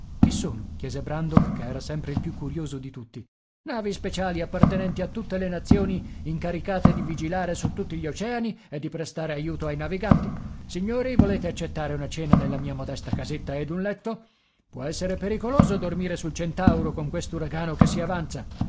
chi sono chiese brandok che era sempre il più curioso di tutti navi speciali appartenenti a tutte le nazioni incaricate di vigilare su tutti gli oceani e di prestare aiuto ai naviganti signori volete accettare una cena nella mia modesta casetta ed un letto può essere pericoloso dormire sul centauro con quest'uragano che si avanza